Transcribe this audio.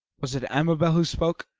was it amabel who spoke?